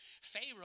Pharaoh